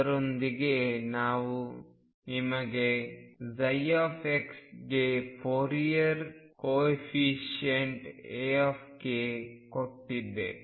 ಅದರೊಂದಿಗೆ ನಾನು ನಿಮಗೆx ಗೆ ಫೋರಿಯರ್ ಕೊಎಫೀಸೈಂಟ್ A ಕೊಟ್ಟಿದ್ದೆ